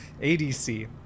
ADC